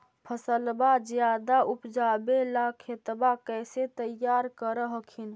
फसलबा ज्यादा उपजाबे ला खेतबा कैसे तैयार कर हखिन?